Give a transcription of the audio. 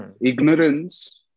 ignorance